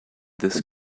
this